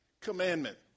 commandment